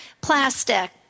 plastic